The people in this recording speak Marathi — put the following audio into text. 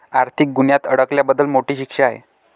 आर्थिक गुन्ह्यात अडकल्याबद्दल मोठी शिक्षा आहे